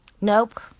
Nope